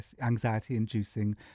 anxiety-inducing